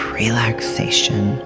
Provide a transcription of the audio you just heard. relaxation